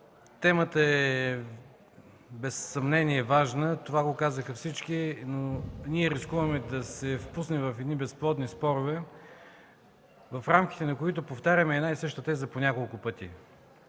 Темата без съмнение е важна, това го казаха всички, но ние рискуваме да се впуснем в едни безплодни спорове, в рамките на които повтаряме една и съща теза по няколко пъти.